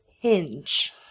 hinge